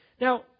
Now